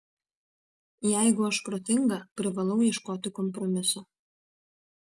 jeigu aš protinga privalau ieškoti kompromiso